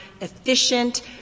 efficient